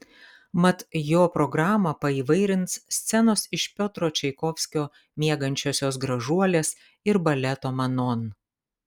mat jo programą paįvairins scenos iš piotro čaikovskio miegančiosios gražuolės ir baleto manon